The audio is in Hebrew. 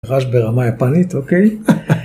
רעש ברמה יפנית, אוקיי?